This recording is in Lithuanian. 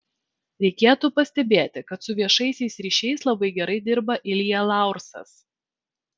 reikėtų pastebėti kad su viešaisiais ryšiais labai gerai dirba ilja laursas